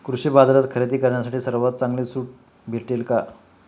कृषी बाजारात खरेदी करण्यासाठी सर्वात चांगली सूट भेटेल का?